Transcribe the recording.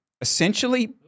essentially